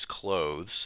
clothes